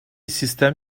sistem